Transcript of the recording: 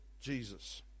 Jesus